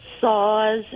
saws